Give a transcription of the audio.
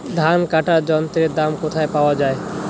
ধান কাটার যন্ত্রের দাম কোথায় পাওয়া যায়?